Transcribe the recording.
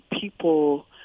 people